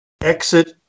Exit